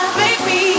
baby